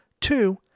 Two